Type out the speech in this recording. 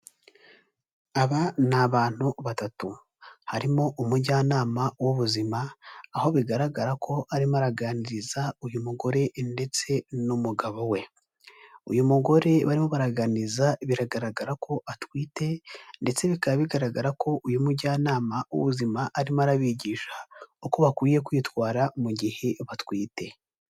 Aba ni abantu batatu, harimo umujyanama w'ubuzima aho bigaragara ko arimo araganiriza uyu mugore ndetse n'umugabo we. Uyu mugore bariho baraganiza biragaragara ko atwite ndetse bikaba bigaragara ko uyu mujyanama w'ubuzima arimo arabigisha uko bakwiye kwitwara mu gihe batwite.